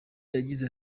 yagize